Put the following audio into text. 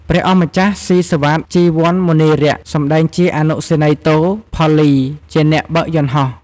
ព្រះអង្គម្ចាស់ ស៊ីសុវត្ថិ ជីវ័នមុនីរក្ស សម្តែងជាអនុសេនីយ៍ទោ ផល្លី ជាអ្នកបើកយន្តហោះ។